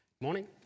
morning